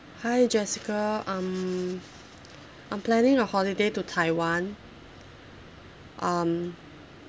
hi jessica um I'm planning a holiday to taiwan um